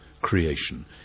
creation